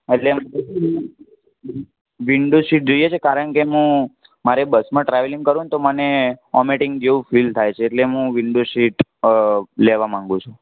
અટલે window seat જોઈએ છે કારણ કે એમાં મારે બસમાં ટ્રાવેલિંગ કરવું હોય ને તો મને વોમેટીંગ જેવું ફિલ થાય છે એટલે મું વિન્ડો સીટ લેવા માગું છું